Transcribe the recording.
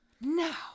now